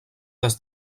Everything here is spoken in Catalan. des